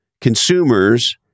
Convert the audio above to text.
consumers